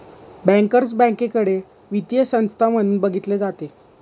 bankers बँकेकडे वित्तीय संस्था म्हणून बघितले जाते